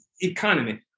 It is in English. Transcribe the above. economy